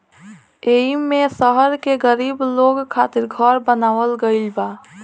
एईमे शहर के गरीब लोग खातिर घर बनावल गइल बा